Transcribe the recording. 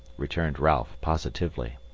returned ralph, positively.